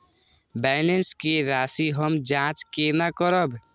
Balance के राशि हम जाँच केना करब?